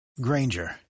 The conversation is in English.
Granger